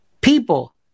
people